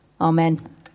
Amen